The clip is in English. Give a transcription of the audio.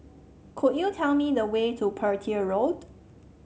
could you tell me the way to Petir Road